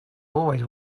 always